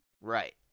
right